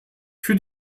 für